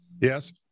Yes